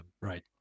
Right